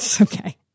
Okay